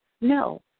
No